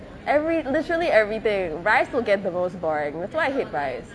every literally everything rice will get the most boring that's why I hate rice